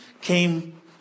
came